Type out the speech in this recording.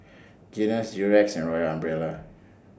Guinness Durex and Royal Umbrella